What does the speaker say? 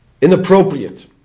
Inappropriate